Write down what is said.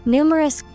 Numerous